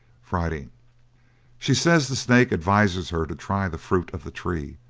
friday she says the snake advises her to try the fruit of the tree,